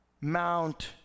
Mount